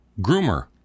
Groomer